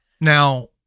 now